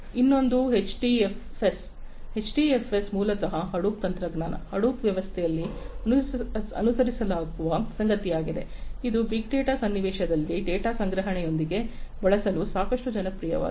ಇನ್ನೊಂದು HDFS HDFS ಮೂಲತಃ Hadoop ತಂತ್ರಜ್ಞಾನ ಹಡೂಪ್ ವ್ಯವಸ್ಥೆಯಲ್ಲಿ ಅನುಸರಿಸಲಾಗುವ ಸಂಗತಿಯಾಗಿದೆ ಇದು ಬಿಗ್ ಡೇಟಾ ಸನ್ನಿವೇಶದಲ್ಲಿ ಡೇಟಾ ಸಂಗ್ರಹಣೆಯೊಂದಿಗೆ ಬಳಸಲು ಸಾಕಷ್ಟು ಜನಪ್ರಿಯವಾಗಿದೆ